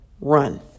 run